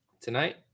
Tonight